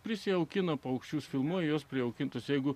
prisijaukina paukščius filmuoji juos prijaukintus jeigu